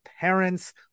parents